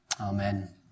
Amen